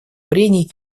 прений